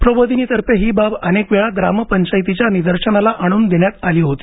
प्रबोधिनीतर्फे ही बाब अनेकवेळा ग्रामपंचायतीच्या निदर्शनाला आणून देण्यात आली होती